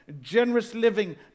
generous-living